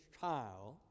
child